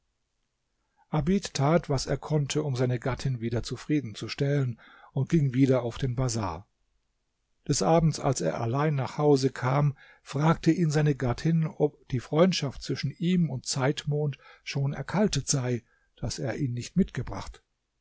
tat was er konnte um seine gattin wieder zufriedenzustellen und ging wieder auf den bazar des abends als er allein nach hause kam fragte ihn seine gattin ob die freundschaft zwischen ihm und zeitmond schon erkaltet sei daß er ihn nicht mitgebracht